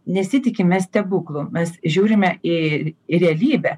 nesitikime stebuklų mes žiūrime į realybę